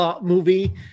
movie